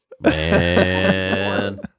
Man